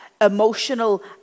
emotional